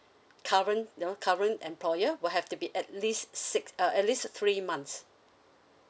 current ya current employer will have to be at least six uh at least three months